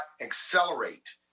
accelerate